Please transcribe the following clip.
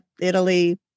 Italy